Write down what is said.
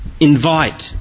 Invite